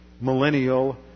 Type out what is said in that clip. Millennial